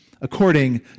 according